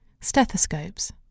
stethoscopes